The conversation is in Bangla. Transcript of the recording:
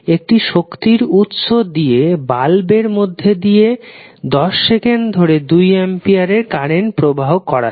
একটি শক্তির উৎস একটি বাল্বের মধ্যে দিয়ে 10সেকেন্ড ধরে 2অ্যাম্পিয়ার এর কারেন্ট প্রবাহ করাচ্ছে